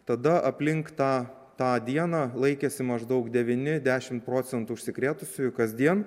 tada aplink tą tą dieną laikėsi maždaug devyni dešimt procentų užsikrėtusiųjų kasdien